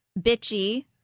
bitchy